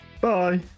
bye